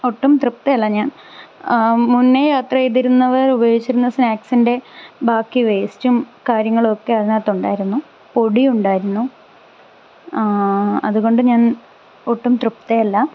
ഒട്ടും തൃപ്തയല്ല ഞാൻ മുന്നേ യാത്രചെയ്തിരുന്നവർ ഉപയോഗിച്ചിരുന്ന സ്നാക്സിൻ്റെ ബാക്കി വേസ്റ്റും കാര്യങ്ങളൊക്കെ അതിനകത്ത് ഉണ്ടായിരുന്നു പൊടിയുണ്ടായിരുന്നു അത്കൊണ്ട് ഞാൻ ഒട്ടും തൃപ്തയല്ല